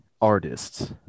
artists